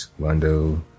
Londo